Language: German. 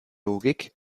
logik